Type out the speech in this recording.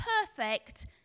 perfect